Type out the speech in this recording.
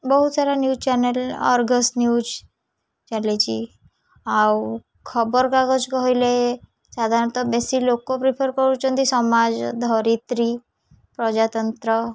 ବହୁତ ସାରା news channel Argus news ଚାଲିଛି ଆଉ ଖବରକାଗଜ କହିଲେ ସାଧାରଣତଃ ବେଶୀ ଲୋକ ପ୍ରିଫର କରୁଛନ୍ତି ସମାଜ ଧରିତ୍ରୀ ପ୍ରଜାତନ୍ତ୍ର